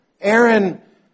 Aaron